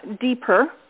deeper